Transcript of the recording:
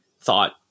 thought